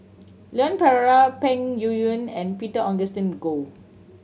Leon Perera Peng Yuyun and Peter Augustine Goh